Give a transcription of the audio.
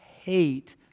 hate